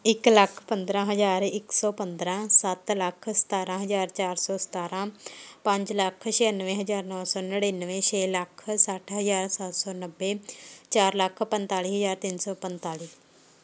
ਇਕ ਲੱਖ ਪੰਦਰ੍ਹਾਂ ਹਜ਼ਾਰ ਇੱਕ ਸੌ ਪੰਦਰ੍ਹਾਂ ਸੱਤ ਲੱਖ ਸਤਾਰ੍ਹਾਂ ਹਜ਼ਾਰ ਚਾਰ ਸੌ ਸਤਾਰ੍ਹਾਂ ਪੰਜ ਲੱਖ ਛਿਆਨਵੇਂ ਹਜ਼ਾਰ ਨੌ ਸੌ ਨੜੇਨਵੇਂ ਛੇ ਲੱਖ ਸੱਠ ਹਜ਼ਾਰ ਸੱਤ ਸੌ ਨੱਬੇ ਚਾਰ ਲੱਖ ਪੰਤਾਲੀ ਹਜ਼ਾਰ ਤਿੰਨ ਸੌ ਪੰਤਾਲੀ